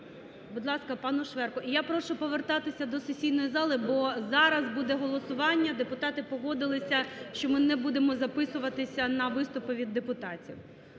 Будь ласка, пану Шверку. І я прошу повертатися до сесійної зали, бо зараз буде голосування . Депутати погодилися, що ми не будемо записуватися на виступи від депутатів,